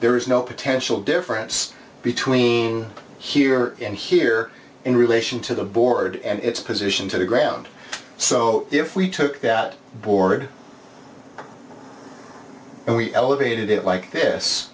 there is no potential difference between here and here in relation to the board and its position to the ground so if we took that board and we elevated it like this